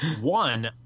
One